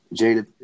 Jada